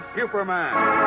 Superman